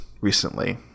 recently